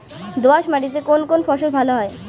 দোঁয়াশ মাটিতে কোন কোন ফসল ভালো হয়?